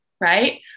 right